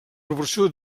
proporció